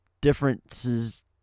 differences